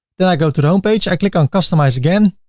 then i go to the home page, i click on customize again.